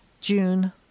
June